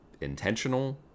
intentional